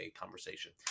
conversation